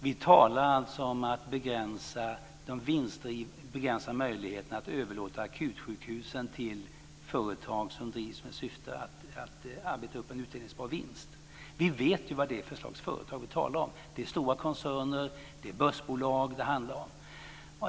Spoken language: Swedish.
Vi talar om att begränsa möjligheterna att överlåta akutsjukhusen till företag som drivs med syfte att arbeta upp en utdelningsbar vinst. Vi vet ju vad det är för slags företag vi talar om - det är stora koncerner och börsbolag det handlar om.